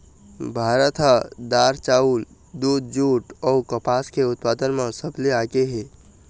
भारत ह दार, चाउर, दूद, जूट अऊ कपास के उत्पादन म सबले आगे हे